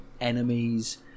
enemies